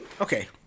Okay